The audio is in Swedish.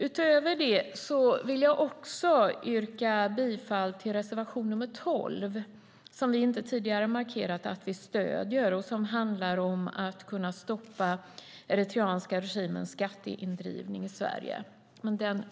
Utöver dessa vill jag också yrka bifall till reservation nr 12, som vi inte tidigare har markerat att vi stöder. Den handlar om att kunna stoppa den eritreanska regimens skatteindrivning i Sverige.